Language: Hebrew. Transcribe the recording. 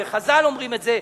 וחז"ל אומרים את זה,